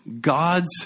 God's